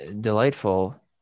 delightful